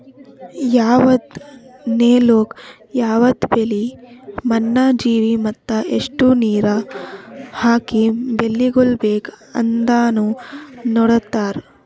ಯವದ್ ನೆಲುಕ್ ಯವದ್ ಬೆಳಿ, ಮಣ್ಣ, ಜೀವಿ ಮತ್ತ ಎಸ್ಟು ನೀರ ಹಾಕಿ ಬೆಳಿಗೊಳ್ ಬೇಕ್ ಅಂದನು ನೋಡತಾರ್